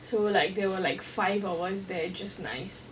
so like there were like five of us there just nice